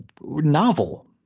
novel